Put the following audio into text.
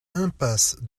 impasse